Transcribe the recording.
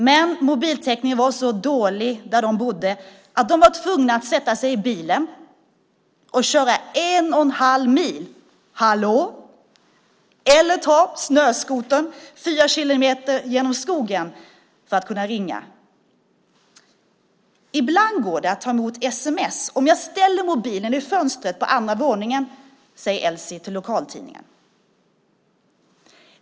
Men mobiltäckningen var så dålig där de bodde att de var tvungna att sätta sig i bilen och köra en och en halv mil - hallå - eller ta snöskotern fyra kilometer genom skogen för att kunna ringa. "Ibland går det att ta emot sms om jag ställer mobilen i fönstret på andra våningen", säger Elsie till lokaltidningen.